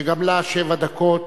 שגם לה שבע דקות.